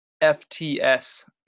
FTS